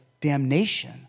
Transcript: damnation